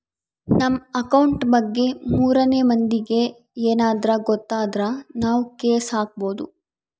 ನಮ್ ಅಕೌಂಟ್ ಬಗ್ಗೆ ಮೂರನೆ ಮಂದಿಗೆ ಯೆನದ್ರ ಗೊತ್ತಾದ್ರ ನಾವ್ ಕೇಸ್ ಹಾಕ್ಬೊದು